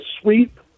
sweep